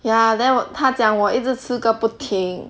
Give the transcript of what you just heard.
ya then 我他讲我一直吃个不停